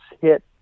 hit